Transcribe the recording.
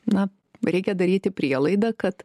na va reikia daryti prielaidą kad